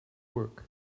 work